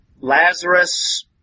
Lazarus